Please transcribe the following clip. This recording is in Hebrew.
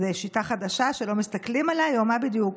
זה שיטה חדשה, שלא מסתכלים עליי, או מה בדיוק?